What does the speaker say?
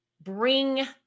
bring